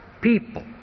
people